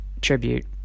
tribute